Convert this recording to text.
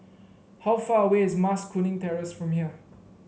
how far away is Mas Kuning Terrace from here